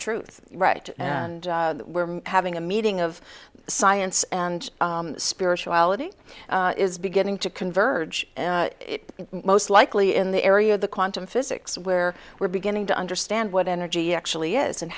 truth right and we're having a meeting of science and spirituality is beginning to converge most likely in the area of the quantum physics where we're beginning to understand what energy actually is and